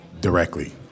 directly